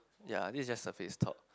ya this is just surface talk